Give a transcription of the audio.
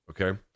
okay